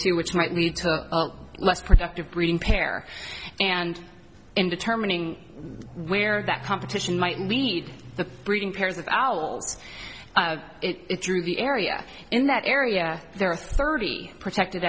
two which might lead to a less productive breeding pair and in determining where that competition might lead the breeding pairs of owls it through the area in that area there are thirty protected